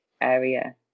area